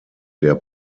der